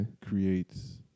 creates